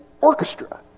orchestra